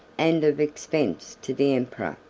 and of expense to the emperor,